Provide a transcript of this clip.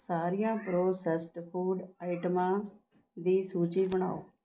ਸਾਰੀਆਂ processed food ਆਈਟਮਾਂ ਦੀ ਸੂਚੀ ਬਣਾਓ